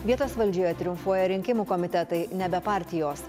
vietos valdžioje triumfuoja rinkimų komitetai nebe partijos